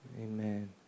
amen